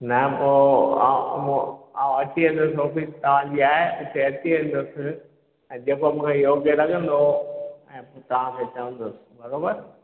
न पोइ आउं पोइ आउं अची वेंदुसि ऑफीस तव्हांजी आहे उते अची वेंदुसि ऐं जेको मूंखे योग्य लॻंदो ऐं पोइ तव्हांखे चवंदुसि बरोबरु